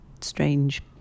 strange